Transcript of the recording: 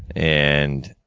and